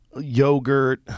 Yogurt